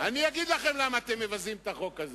אני אגיד לכם למה אתם מבזים את החוק הזה,